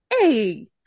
Hey